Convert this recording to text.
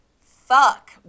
Fuck